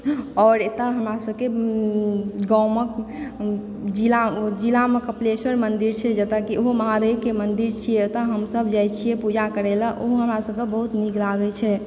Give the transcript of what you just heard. आओर एतय हमरा सभ के गाॅंव मे जिलामे जिला मे कपिलेश्वर मन्दिर छै जेतए कि ओहो महादेव के मन्दिर छियै तऽ हम सभ जाइ छियै पूजा करय लऽ ओहू मे हमरा सभ के बहुत नीक लागै छै